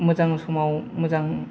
मोजां समाव मोजां